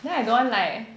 then I don't want like